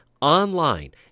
online